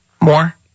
More